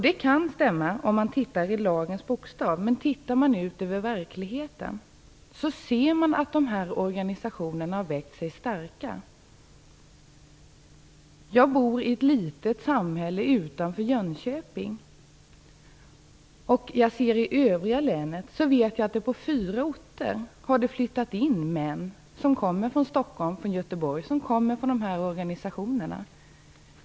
Det kan stämma, om man ser till lagens bokstav. Men ser man till verkligheten märker man att dessa organisationer har växt sig starka. Jag bor i ett litet samhälle utanför Jönköping. I övriga länet vet jag att det på fyra orter har flyttat in män som kommer från Stockholm och Göteborg och tillhör dessa organisationer.